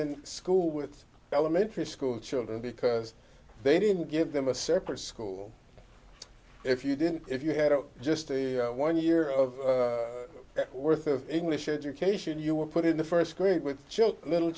in school with elementary school children because they didn't give them a separate school if you didn't if you had just a one year of worth of english education you were put in the first grade with just little